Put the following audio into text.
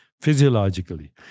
physiologically